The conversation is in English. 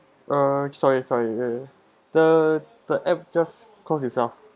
uh sorry sorry wait wait wait the the app just closed itself